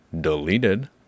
deleted